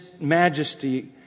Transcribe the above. majesty